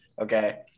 Okay